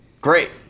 Great